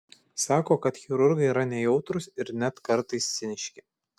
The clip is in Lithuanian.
sako kad chirurgai yra nejautrūs ir net kartais ciniški